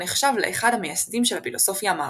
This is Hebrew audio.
הנחשב לאחד המייסדים של הפילוסופיה המערבית.